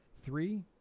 three